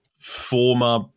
former